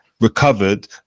Recovered